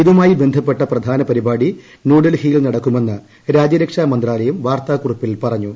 ഇതുമായി ബന്ധപ്പെട്ട പ്രധാനപരിപാടി ന്യൂഡൽഹിയിൽ നടക്കുമെന്ന് രാജ്യരക്ഷാ മന്ത്രാലയം വാർത്താക്കുറിപ്പിൽ പറഞ്ഞു